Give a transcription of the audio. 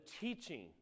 teaching